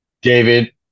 David